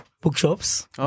bookshops